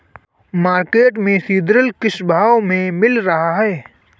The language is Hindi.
मार्केट में सीद्रिल किस भाव में मिल रहा है?